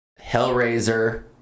Hellraiser